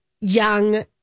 young